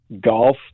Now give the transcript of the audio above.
golf